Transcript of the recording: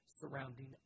surrounding